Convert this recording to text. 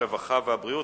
הרווחה והבריאות,